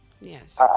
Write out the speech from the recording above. Yes